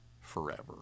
forever